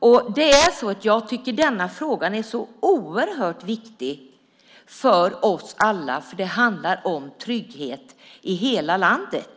Jag tycker att den här frågan är oerhört viktig för oss alla, för det handlar om trygghet i hela landet.